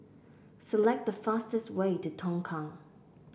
select the fastest way to Tongkang